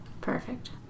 Perfect